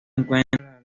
encuentra